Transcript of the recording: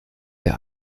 der